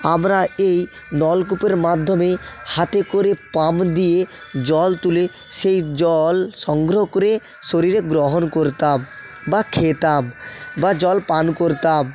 আমরা এই নলকূপের মাধ্যমে হাতে করে পাম্প দিয়ে জল তুলে সেই জল সংগ্রহ করে শরীরে গ্রহণ করতাম বা খেতাম বা জল পান করতাম